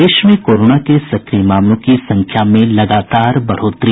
प्रदेश में कोरोना के सक्रिय मामलों की संख्या में लगातार बढ़ोतरी